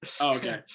okay